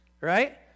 right